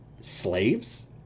slaves